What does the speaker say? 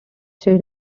states